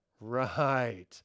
Right